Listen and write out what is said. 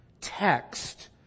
text